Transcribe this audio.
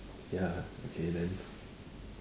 ya okay then